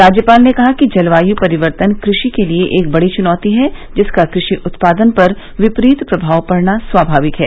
राज्यपाल ने कहा कि जलवायु परिवर्तन कृषि के लिये एक बड़ी चुनौती है जिसका कृषि उत्पादन पर विपरीत प्रभाव पड़ना स्वाभाविक है